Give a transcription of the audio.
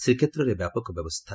ଶ୍ରୀକ୍ଷେତ୍ରରେ ବ୍ୟାପକ ବ୍ୟବସ୍କା